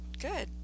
good